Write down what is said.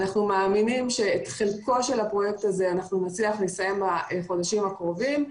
אנחנו מאמינים שאת חלקו של הפרויקט נצליח לסיים בחודשים הקרובים,